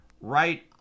right